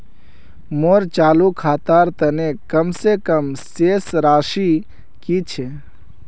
मोर चालू खातार तने कम से कम शेष राशि कि छे?